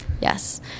Yes